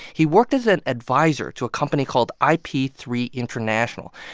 he worked as an adviser to a company called i p three international.